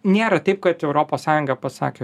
nėra taip kad europos sąjunga pasakė